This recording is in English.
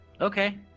Okay